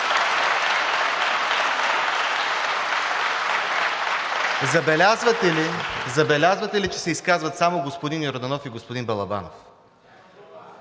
Забелязвате ли, че се изказват само господин Йорданов и господин Балабанов?